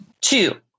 Two